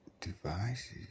devices